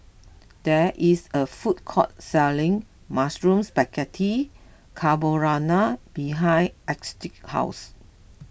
there is a food court selling Mushroom Spaghetti Carbonara behind Astrid's house